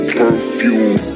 perfume